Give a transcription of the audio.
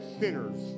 sinners